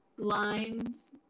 lines